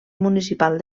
municipal